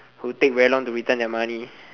who take very long to return their money